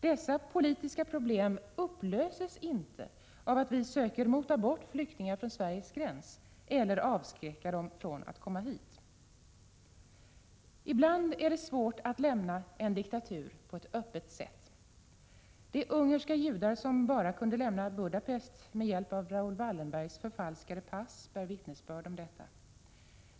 Dessa politiska problem upplöses inte av att vi söker mota bort flyktingar från Sveriges gräns, eller avskräcka dem från att komma hit. Ibland är det svårt att öppet lämna en diktatur. De ungerska judar som bara kunde lämna Budapest med pass förfalskade av Raoul Wallenberg bär vittnesbörd om detta.